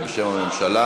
אם זה בשם הממשלה,